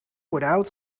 without